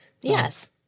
Yes